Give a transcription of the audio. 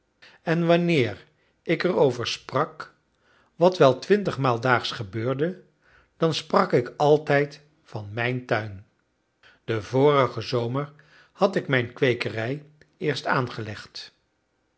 en wanneer ik er over sprak wat wel twintigmaal daags gebeurde dan sprak ik altijd van mijn tuin den vorigen zomer had ik mijn kweekerij eerst aangelegd